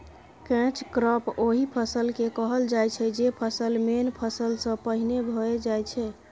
catch crop ओहि फसल केँ कहल जाइ छै जे फसल मेन फसल सँ पहिने भए जाइ छै